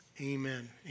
Amen